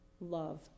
love